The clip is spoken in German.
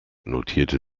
notierte